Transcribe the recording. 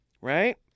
Right